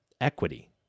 equity